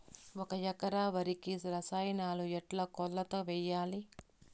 ఒక ఎకరా వరికి రసాయనాలు ఎట్లా కొలత వేయాలి?